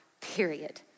period